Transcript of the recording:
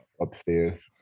upstairs